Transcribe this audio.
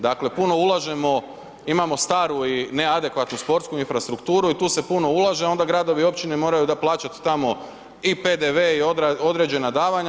Dakle puno ulažemo, imamo staru i neadekvatnu sportsku infrastrukturu i tu se puno ulaže onda gradovi i općine moraju plaćat tamo i PDV i određena davanja.